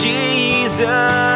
Jesus